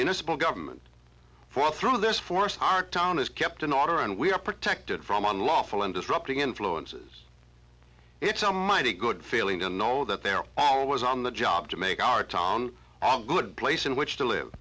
municipal government for through this forest our town is kept in order and we are protected from unlawful and disrupting influences it's a mighty good feeling to know that they're always on the job to make our town good place in which to live